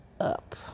up